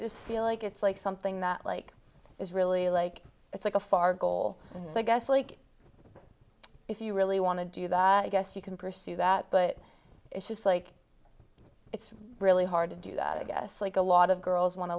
just feel like it's like something that like is really like it's like a far goal and so i guess like if you really want to do that i guess you can pursue that but it's just like it's really hard to do that i guess like a lot of girls want to